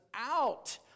out